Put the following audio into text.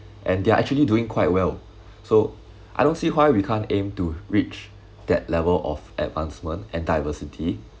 and they are actually doing quite well so I don't see why we can't aim to reach that level of advancement and diversity